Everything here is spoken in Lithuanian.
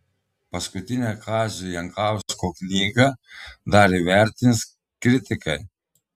paskutinę kazio jankausko knygą dar įvertins kritikai